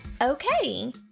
Okay